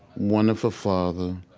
wonderful father,